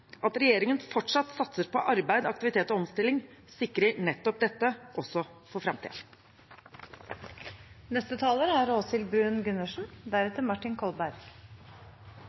At regjeringen fortsatt satser på arbeid, aktivitet og omstilling, sikrer nettopp dette, også for framtiden. Fremskrittspartiet er